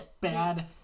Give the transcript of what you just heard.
Bad